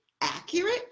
accurate